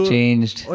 changed